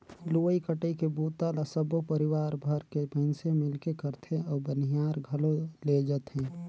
लुवई कटई के बूता ल सबो परिवार भर के मइनसे मिलके करथे अउ बनियार घलो लेजथें